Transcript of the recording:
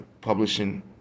publishing